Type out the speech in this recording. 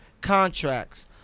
contracts